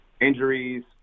Injuries